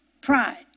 Pride